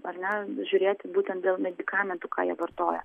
ar ne žiūrėti būtent dėl medikamentų ką jie vartoja